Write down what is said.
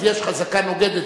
אז יש חזקה נוגדת.